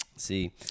see